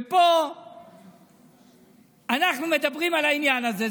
פה אנחנו מדברים על העניין הזה.